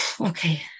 okay